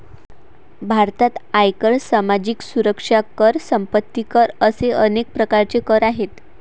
भारतात आयकर, सामाजिक सुरक्षा कर, संपत्ती कर असे अनेक प्रकारचे कर आहेत